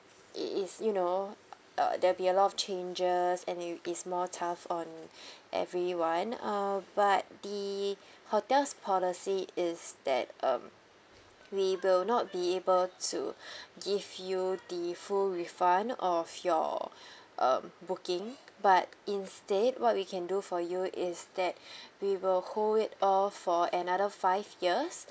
it is you know uh there'll be a lot of changes and it will is more tough on everyone um but the hotel's policy is that um we will not be able to give you the full refund of your um booking but instead what we can do for you is that we will hold it off for another five years